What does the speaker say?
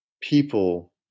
people